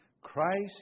Christ